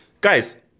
guys